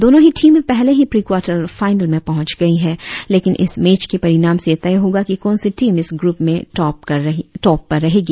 दोनो ही टीमें पहले ही प्रीक्वार्टर फाइनल में पहुंच गयी है लेकिन इस मैच के परिणाम से यह तय होगा कि कौन सी टीम इस ग्रुप में टाँप पर रहेगी